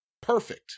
perfect